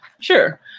Sure